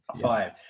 Five